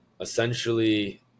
essentially